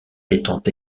étant